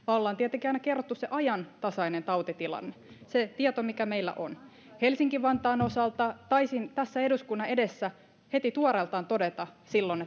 ollaan tietenkin aina kerrottu se ajantasainen tautitilanne se tieto mikä meillä on helsinki vantaan osalta taisin tässä eduskunnan edessä heti tuoreeltaan todeta silloin